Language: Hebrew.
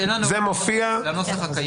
אין לנו הערות לנוסח הקיים.